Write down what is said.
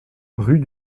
rue